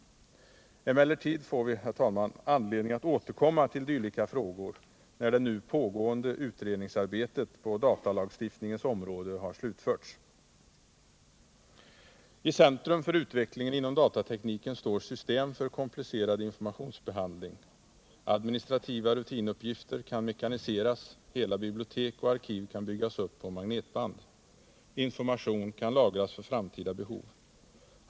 Emellertid får vi, herr talman, anledning att återkomma till dylika frågor när det nu pågående utredningsarbetet på datalagstiftningens område har slutförts. I centrum för utvecklingen inom datatekniken står system för komplicerad informationsbehandling. Administrativa rutinuppgifter kan mekaniseras, hela bibliotek och arkiv kan byggas upp på magnetband. Information kan lagras för framtida behov.